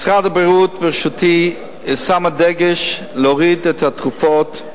משרד הבריאות בראשותי שם דגש בהורדת התרופות,